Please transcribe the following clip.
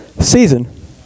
season